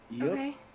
Okay